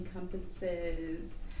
encompasses